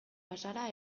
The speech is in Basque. bazara